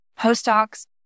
postdocs